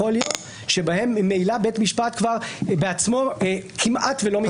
להיות שממילא בית המשפט כבר בעצמו כמעט ולא מתערב.